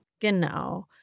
Genau